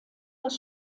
das